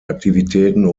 aktivitäten